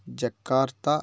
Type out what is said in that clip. Jakarta